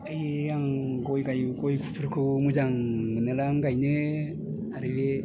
बे आं गयफोरखौ मोनो आं गायनो आरो बे